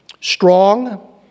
strong